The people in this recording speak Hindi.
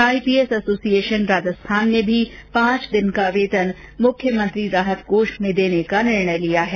आईपीएस एसोसिएशन राजस्थान ने भी पांच दिन का वेतन मुख्यमंत्री राहत कोष में देने का निर्णय लिया है